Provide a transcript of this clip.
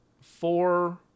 Four